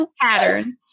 pattern